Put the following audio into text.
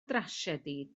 drasiedi